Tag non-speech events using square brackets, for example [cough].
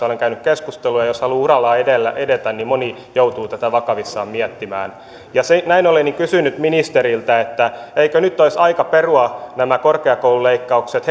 [unintelligible] olen käynyt keskusteluja ja jos haluaa urallaan edetä niin moni joutuu tätä vakavissaan miettimään näin ollen kysyn nyt ministeriltä eikö nyt olisi aika perua nämä korkeakoululeikkaukset [unintelligible]